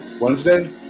wednesday